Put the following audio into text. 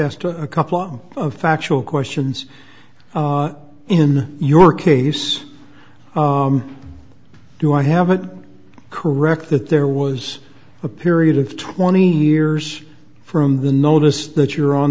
asked a couple of factual questions in your case do i have it correct that there was a period of twenty years from the notice that you're on